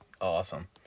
Awesome